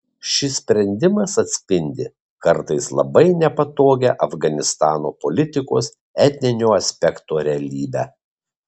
šis sprendimas atspindi kartais labai nepatogią afganistano politikos etninio aspekto realybę